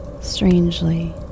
Strangely